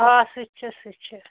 آ سُہ چھِ سُہ چھِ